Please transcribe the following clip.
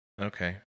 Okay